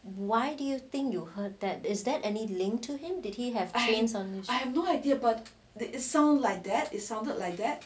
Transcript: why do you think you heard that is there any link to him did he have chains on